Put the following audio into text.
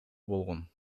болгон